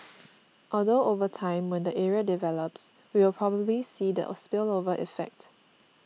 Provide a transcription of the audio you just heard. although over time when the area develops we will probably see the spillover effect